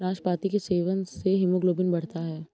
नाशपाती के सेवन से हीमोग्लोबिन बढ़ता है